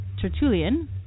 Tertullian